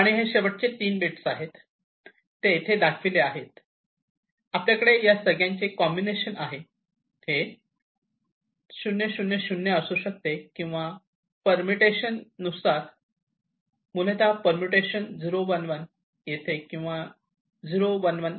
आणि हे शेवटचे तीन बीटस आहेत ते येथे दाखवलेले आहेत आणि आपल्याकडे या सगळ्यांचे कॉम्बिनेशन आहे हे 000 हे असू शकते किंवा परमिट टेशन मूलतः परम्युटेशन 011 येथे ते 011 आहे